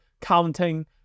counting